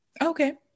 Okay